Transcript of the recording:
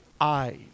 eyes